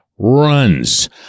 Runs